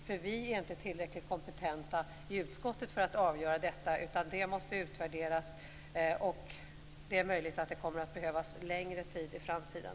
Vi i utskottet är inte tillräckligt kompetenta för att avgöra detta, utan det måste utvärderas. Det är möjligt att det kommer att behövas längre tid i framtiden.